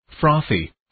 frothy